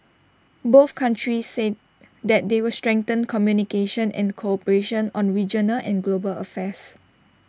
both countries said that they will strengthen communication and cooperation on regional and global affairs